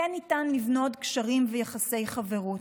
כן ניתן לבנות קשרים ויחסי חברות.